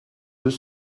deux